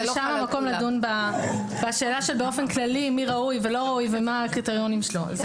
זו שאלה של מי ראוי ומי לא ראוי ומה הקריטריונים שלו.